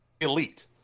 Elite